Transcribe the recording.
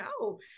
no